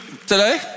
today